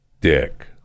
dick